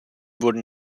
wurden